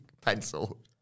pencil